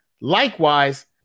Likewise